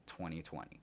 2020